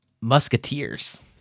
musketeers